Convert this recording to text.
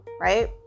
right